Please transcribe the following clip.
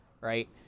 right